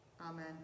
Amen